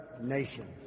nation